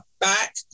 back